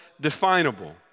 definable